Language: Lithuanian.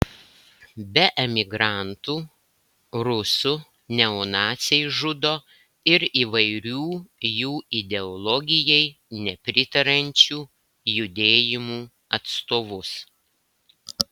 be emigrantų rusų neonaciai žudo ir įvairių jų ideologijai nepritariančių judėjimų atstovus